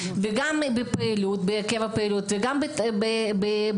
גם בהרכב הפעילות וגם בתקציב.